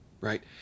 Right